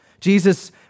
Jesus